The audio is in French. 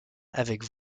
avec